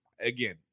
again